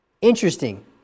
Interesting